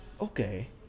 okay